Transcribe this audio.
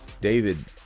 David